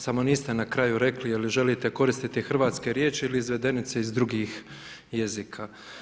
Samo niste na kraju rekli je li želite koristiti hrvatske riječi ili izvedenice iz drugih jezika.